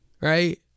right